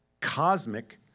cosmic